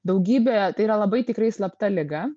daugybė tai yra labai tikrai slapta liga